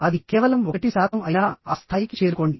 అది కేవలం 1 శాతం అయినా ఆ స్థాయికి చేరుకోండి